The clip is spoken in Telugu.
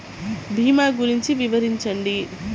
భీమా గురించి వివరించండి?